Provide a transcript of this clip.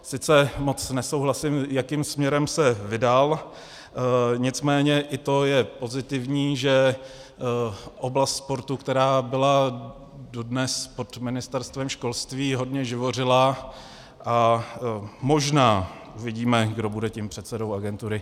Sice moc nesouhlasím, jakým směrem se vydal, nicméně i to je pozitivní, že oblast sportu, která byla dodnes pod Ministerstvem školství, hodně živořila a možná uvidíme, kdo bude tím předsedou agentury.